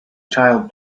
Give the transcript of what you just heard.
child